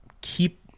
keep